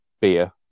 beer